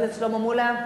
חבר הכנסת שלמה מולה?